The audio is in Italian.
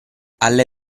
alle